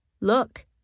Look